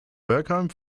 bergheim